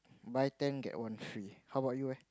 buy ten get one free how about you eh